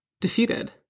defeated